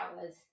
hours